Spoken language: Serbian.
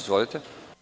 Izvolite.